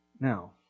Now